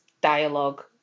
dialogue